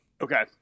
Okay